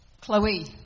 Chloe